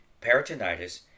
peritonitis